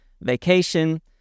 vacation